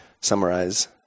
summarize